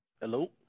Hello